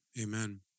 amen